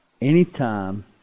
anytime